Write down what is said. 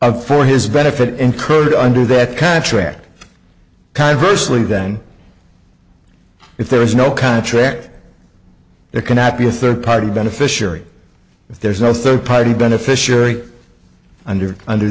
for his benefit incurred under that contract conversely then if there is no contract there cannot be a third party beneficiary if there is no third party beneficiary under under